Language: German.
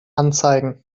anzeigen